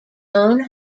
own